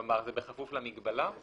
כלומר זה בכפוף למגבלה.